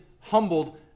humbled